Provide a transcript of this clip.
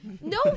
no